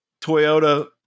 Toyota